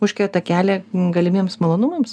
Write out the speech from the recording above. užkerta kelią galimiems malonumams